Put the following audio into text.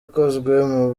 ikozwe